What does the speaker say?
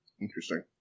Interesting